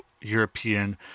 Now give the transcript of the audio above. European